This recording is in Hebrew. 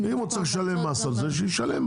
אם הוא צריך לשלם מס על זה, שישלם.